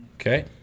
Okay